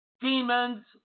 Demons